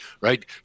Right